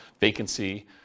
vacancy